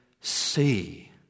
see